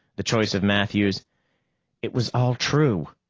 the choice of matthews it was all true.